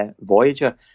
Voyager